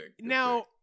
Now